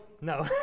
no